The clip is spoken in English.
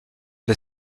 the